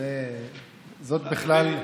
זאת בכלל,